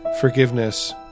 forgiveness